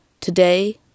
Today